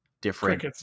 different